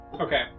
Okay